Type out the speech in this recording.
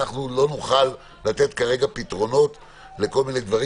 אנחנו לא נוכל לתת כרגע פתרונות לכל מיני דברים,